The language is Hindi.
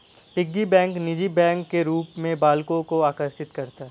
पिग्गी बैंक निजी बैंक के रूप में बालकों को आकर्षित करता है